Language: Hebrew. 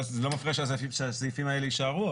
זה לא מפריע שהסעיפים האלה יישארו,